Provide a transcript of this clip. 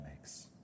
makes